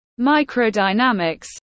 microdynamics